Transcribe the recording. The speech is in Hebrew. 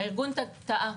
הארגון טעה.